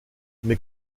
mais